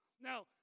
Now